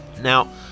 Now